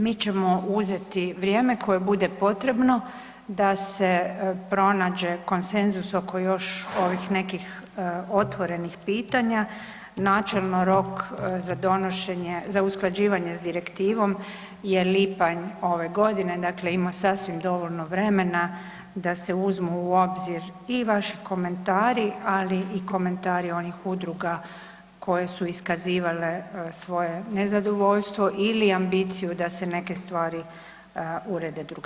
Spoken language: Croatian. Mi ćemo uzeti vrijeme koje bude potrebno da se pronađe konsenzus oko još ovih nekih otvorenih pitanja, načelno rok za donošenje, za usklađivanje s direktivom je lipanj ove godine, dakle ima sasvim dovoljno vremena da se uzmu u obzir i vaši komentari, ali i komentari onih udruga koje su iskazivale svoje nezadovoljstvo ili ambiciju da se neke stvari urede drugačije.